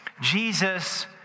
Jesus